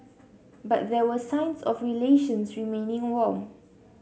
but there were signs of relations remaining warm